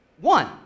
one